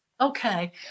Okay